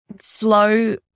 slow